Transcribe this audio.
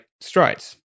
strides